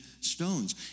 stones